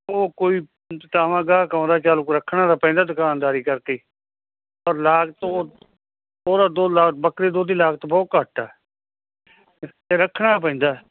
ਉਹ ਕੋਈ ਜਤਾਵਾਂਗਾ ਕਵਾਉਂਦਾ ਚੱਲ ਕੋ ਰੱਖਣਾ ਤਾਂ ਪੈਂਦਾ ਦੁਕਾਨਦਾਰੀ ਕਰਕੇ ਔਰ ਲਾਗਤ ਉਹ ਉਹਦਾ ਦੋ ਲਾ ਬੱਕਰੀ ਦੇ ਦੁੱਧ ਦੀ ਲਾਗਤ ਬਹੁਤ ਘੱਟ ਐ ਤੇ ਰੱਖਣਾ ਪੈਂਦਾ